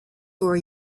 four